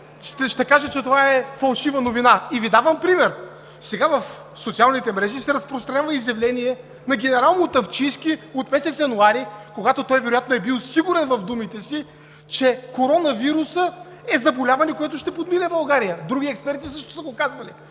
ще каже, че това е фалшива новина? И Ви давам пример. Сега в социалните мрежи се разпространява изявление на генерал Мутафчийски от месец януари, когато той вероятно е бил сигурен в думите си, че коронавирусът е заболяване, което ще подмине България. Други експерти също са го казвали.